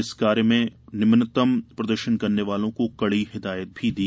इस कार्य में निम्नतम प्रदर्शन करने वालों को कड़ी हिदायत भी दी